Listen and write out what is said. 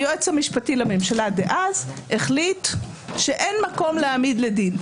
היועץ המשפטי לממשלה דאז החליט שאין מקום להעמיד לדין.